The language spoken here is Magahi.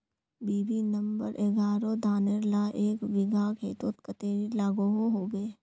बी.बी नंबर एगारोह धानेर ला एक बिगहा खेतोत कतेरी लागोहो होबे?